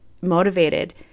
motivated